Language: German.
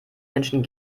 menschen